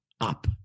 up